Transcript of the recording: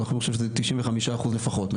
תשעים וחמישה אחוז לפחות.